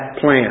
plan